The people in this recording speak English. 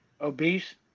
obese